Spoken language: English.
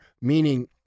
Meaning